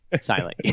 Silent